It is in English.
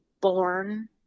born